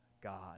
God